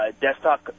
desktop